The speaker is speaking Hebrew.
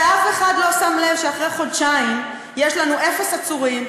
ואף אחד לא שם לב שאחרי חודשיים יש לנו אפס עצורים,